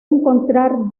encontrar